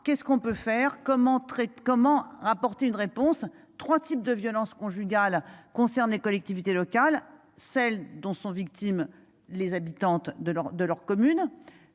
qu'est-ce qu'on peut faire comme entrée comment apporter une réponse 3 types de violences conjugales concerne collectivités locales, celles dont sont victimes les habitantes de leur de